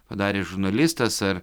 padarė žurnalistas ar